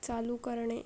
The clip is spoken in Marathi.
चालू करणे